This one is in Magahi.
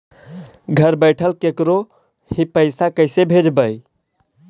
घर बैठल केकरो ही पैसा कैसे भेजबइ?